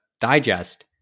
digest